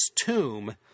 tomb